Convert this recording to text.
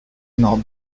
not